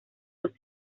los